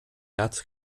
herz